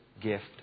gift